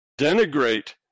denigrate